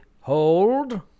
hold